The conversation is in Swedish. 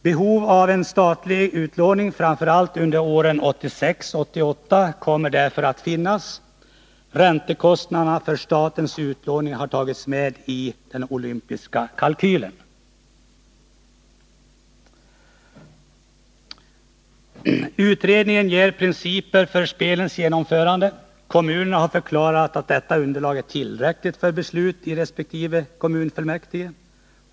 Behov av en statlig utlåning framför allt under åren 1986-1988 kommer därför att finnas. Räntekostnaderna för statens utlåning har tagits med i den olympiska kalkylen. Utredningen ger principer för spelens genomförande. Kommunerna har förklarat att detta underlag är tillräckligt för beslut i resp. kommunfullmäktige.